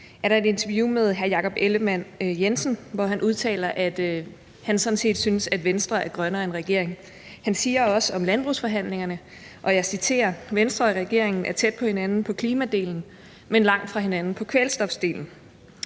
var der et interview med hr. Jakob Ellemann-Jensen, hvor han udtaler, at han sådan set synes, at Venstre er grønnere end regeringen. Han siger også om landbrugsforhandlingerne – og jeg citerer: Venstre og regeringen er tæt på hinanden på klimadelen, men langt fra hinanden på kvælstofdelen.